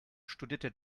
studierte